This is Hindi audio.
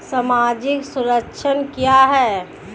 सामाजिक संरक्षण क्या है?